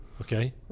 Okay